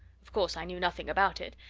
of course, i knew nothing about it,